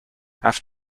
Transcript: have